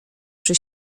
przy